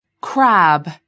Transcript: crab